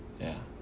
ya